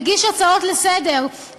מגיש הצעות לסדר-היום,